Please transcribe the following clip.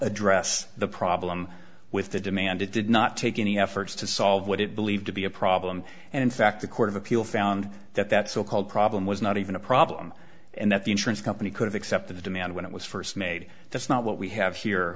address the problem with the demand it did not take any efforts to solve what it believed to be a problem and in fact the court of appeal found that that so called problem was not even a problem and that the insurance company could have accepted the demand when it was first made that's not what we have here